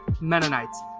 Mennonites